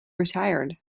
retired